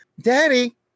Daddy